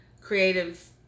creative